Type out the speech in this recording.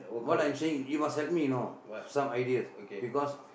what I'm saying you must help me you know some ideas because